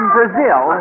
Brazil